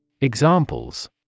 Examples